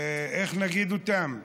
איך נגיד אותן?